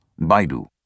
Baidu